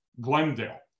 Glendale